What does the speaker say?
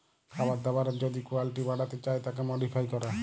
খাবার দাবারের যদি কুয়ালিটি বাড়াতে চায় তাকে মডিফাই ক্যরে